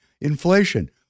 inflation